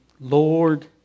Lord